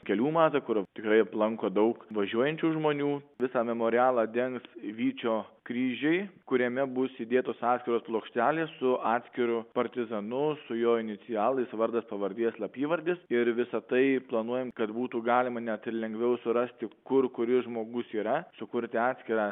kelių mazgą kur tikrai aplanko daug važiuojančių žmonių visą memorialą dengs vyčio kryžiai kuriame bus įdėtos atskiros plokštelės su atskiru partizanu su jo inicialais vardas pavardė slapyvardis ir visa tai planuojam kad būtų galima net ir lengviau surasti kur kuris žmogus yra sukurti atskirą